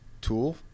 tool